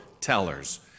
tellers